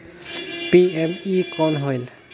PME कौन होयल?